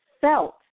felt